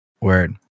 Word